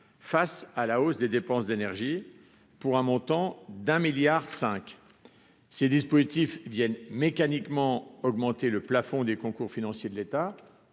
face à la hausse des dépenses d'énergies pour un montant d'un milliard 5 ces dispositifs viennent mécaniquement augmenter le plafond des concours financiers de l'État,